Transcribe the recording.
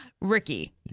Ricky